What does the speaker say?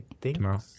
Tomorrow